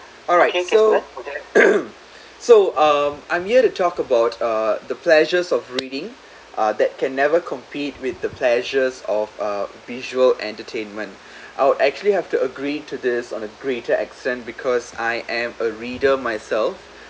alright so so um I'm here to talk about uh the pleasures of reading uh that can never compete with the pleasures of uh visual entertainment I would actually have to agree to this on a greater extent because I am a reader myself